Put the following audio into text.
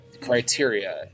criteria